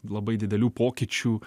labai didelių pokyčių